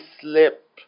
slip